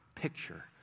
picture